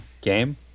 game